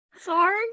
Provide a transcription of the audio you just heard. sorry